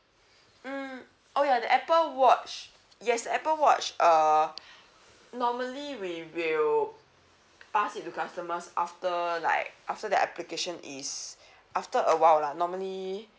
mm oh ya the apple watch yes apple watch uh normally we will pass it to customers after like after the application is after a while lah normally